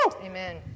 Amen